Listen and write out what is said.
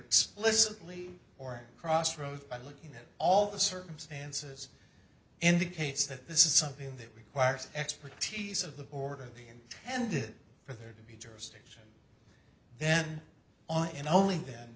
explicitly or crossroads by looking at all the circumstances indicates that this is something that requires expertise of the board of the ended for there to be jurisdiction then on and only then